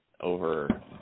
over